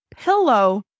pillow